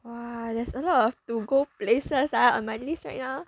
!wah! there's a lot of to go places ah on my list right now